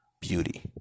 beauty